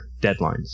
deadlines